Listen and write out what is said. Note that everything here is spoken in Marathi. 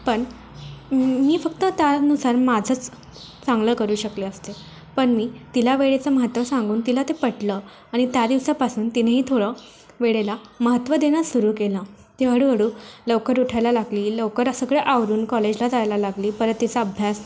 पण मी फक्त त्यानुसार माझंच चांगलं करू शकले असते पण मी तिला वेळेचं महत्त्व सांगून तिला ते पटलं आणि त्या दिवसापासून तिनेही थोडं वेळेला महत्त्व देण्यास सुरू केलं ती हळुहळु लवकर उठायला लागली लवकर सगळं आवरून कॉलेजला जायला लागली परत तिचा अभ्यास